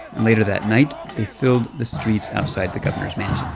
and later that night, they filled the streets outside the governor's mansion